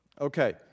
Okay